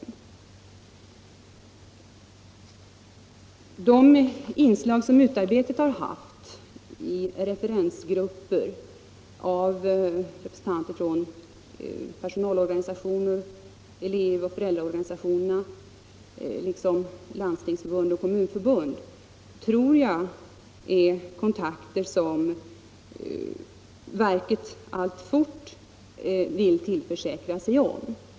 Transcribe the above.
ens framtida inriktning ens framtida inriktning De inslag som MUT-arbetet har haft i referensgrupper med representanter från personalorganisationer, elevoch föräldraorganisationer liksom landstingsförbund och kommunförbund tror jag innebär kontakter som verket alltfort vill tillförsäkra sig.